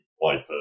wiper